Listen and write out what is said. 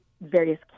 various